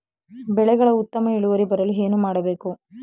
ಬೆಳೆಗಳ ಉತ್ತಮ ಇಳುವರಿ ಬರಲು ಏನು ಮಾಡಬೇಕು?